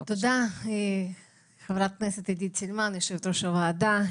תודה, חברת הכנסת עידית סילמן, יושבת-ראש הוועדה.